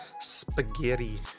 Spaghetti